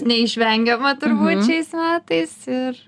neišvengiama turbūt šiais metais ir